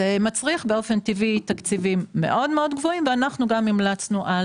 זה מצריך באופן טבעי תקציבים מאוד מאוד גבוהים ואנחנו גם המלצנו על